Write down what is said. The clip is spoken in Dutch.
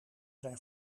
zijn